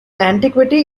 antiquity